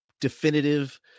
definitive